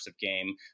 game